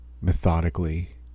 methodically